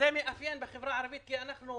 מאפיין את החברה הערבית כי אנחנו